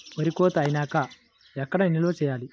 వరి కోత అయినాక ఎక్కడ నిల్వ చేయాలి?